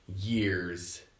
years